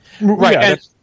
Right